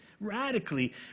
radically